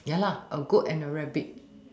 ya lah a goat and a rabbit